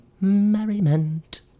Merriment